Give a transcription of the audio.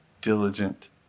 diligent